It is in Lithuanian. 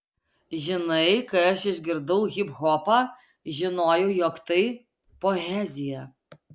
žinai kai aš išgirdau hiphopą žinojau jog tai poezija